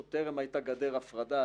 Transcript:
עוד טרם הייתה גדר הפרדה,